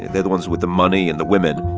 they're the ones with the money and the women